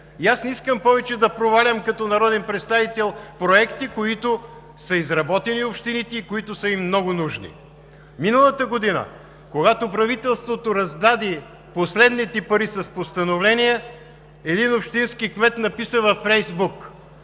Не искам повече да провалям като народен представител проекти, които общините са изработили и които са им много нужни. Миналата година, когато правителството раздаде последните пари с постановление, един общински кмет написа във Фейсбук: